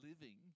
living